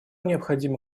необходимо